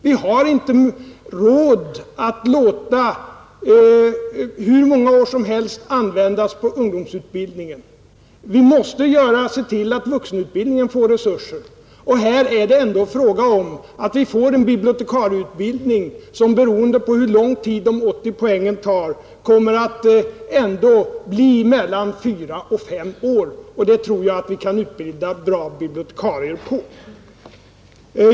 Vi har inte råd att låta hur många år som helst användas på ungdomsutbildningen; vi måste se till att vuxenutbildningen också får resurser. Och här är det ändå fråga om att vi får en bibliotekarieutbildning som, beroende på hur lång tid det tar att nå de 80 poängen, ändå blir mellan fyra och fem år lång. På den tiden tror jag att vi kan utbilda bra bibliotekarier.